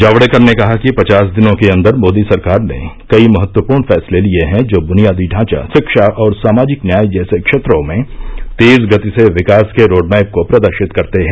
जावड़ेकर ने कहा कि पचास दिनों के अन्दर मोदी सरकार ने कई महत्वपूर्ण फैसले लिये हैं जो बुनियादी ढांचा शिक्षा और सामाजिक न्याय जैसे क्षेत्रों में तेज गति से विकास के रोडमैप को प्रदर्शित करते हैं